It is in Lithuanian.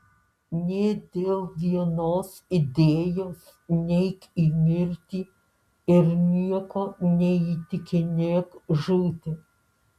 nė dėl vienos idėjos neik į mirtį ir nieko neįtikinėk žūti